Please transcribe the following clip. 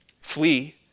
Flee